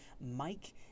Mike